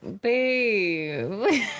babe